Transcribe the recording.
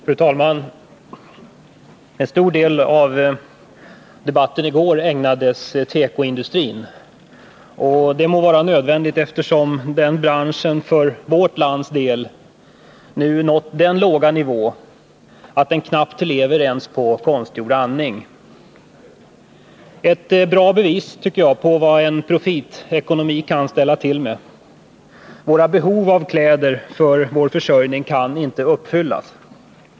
Fru talman! En stor del av debatten i går ägnades åt tekoindustrin — och det må vara nödvändigt eftersom denna bransch för vårt lands del nu nått den låga nivån att den knappt lever ens på konstgjord andning. Detta är ett bra bevis på vad en profitekonomi kan ställa till med. Våra behov av kläder för vår försöjning kan inte uppfyllas.